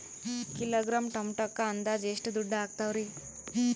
Kilogram ಟೊಮೆಟೊಕ್ಕ ಅಂದಾಜ್ ಎಷ್ಟ ದುಡ್ಡ ಅಗತವರಿ?